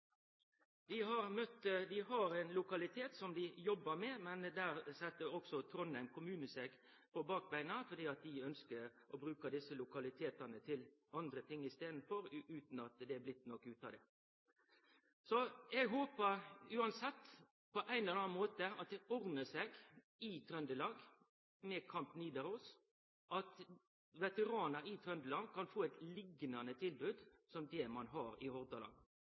Dei har ein lokalitet dei jobbar med, men der set Trondheim kommune seg på bakbeina fordi dei ønskjer å bruke desse lokalitetane til andre ting i staden, utan at det har blitt noko ut av det. Eg håpar uansett at det på ein eller annan måte ordnar seg i Trøndelag med Camp Nidaros, og at veteranar i Trøndelag kan få eit liknande tilbod som det ein har i